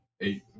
Eight